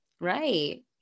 Right